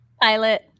pilot